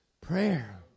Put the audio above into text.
Prayer